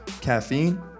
caffeine